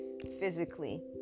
Physically